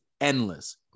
endless